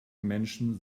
menschen